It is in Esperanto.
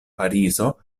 parizo